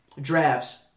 drafts